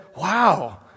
wow